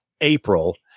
April